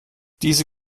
diese